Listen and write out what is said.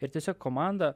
ir tiesiog komanda